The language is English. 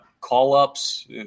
call-ups